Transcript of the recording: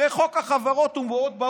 הרי חוק החברות מאוד ברור.